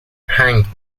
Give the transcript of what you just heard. هنگ